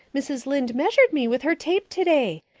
mrs. lynde measured me with her tape today,